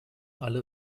alle